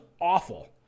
awful